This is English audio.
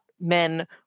men